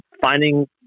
finding